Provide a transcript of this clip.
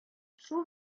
шул